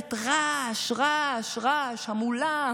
שמייצרת רעש, רעש, רעש, המולה,